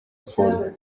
for